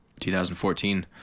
2014